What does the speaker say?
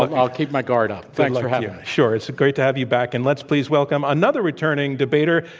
i'll keep my guard up. thanks for having me. sure. it's great to have you back. and let's please welcome another returning debater.